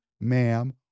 ma'am